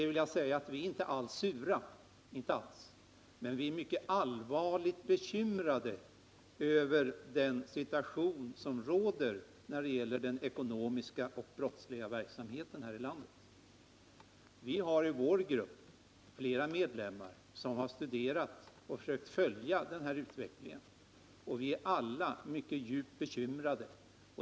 Vi är inte alls sura, men vi är allvarligt bekymrade över den situation som råder när det gäller den ekonomiska brottsligheten här i landet. Inom vår grupp har flera medlemmar studerat och försökt följa utvecklingen på det området, och de är alla djupt bekymrade.